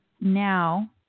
now